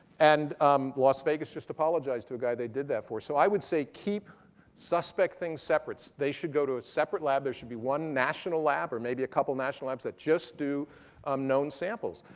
and um las vegas just apologized to a guy they did that for. so i would say, keep suspect things separate. so they should go to a separate lab. there should be one national lab or maybe a couple national labs that just do um known samples.